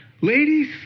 Ladies